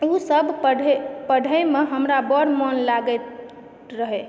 ओसभ पढ़यमे हमरा बड्ड मन लागैत रहय